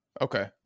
Okay